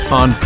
on